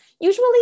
usually